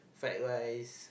fried rice